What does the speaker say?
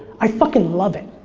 i fucking love it.